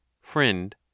Friend